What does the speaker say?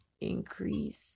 increase